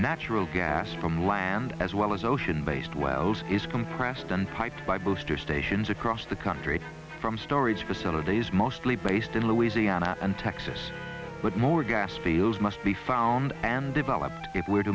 natural gas from land as well as ocean based wells is compressed and piped by booster stations across the country from storage facilities mostly based in louisiana and texas but more gas fields must be found and developed it where